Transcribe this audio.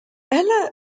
ella